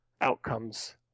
outcomes